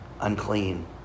unclean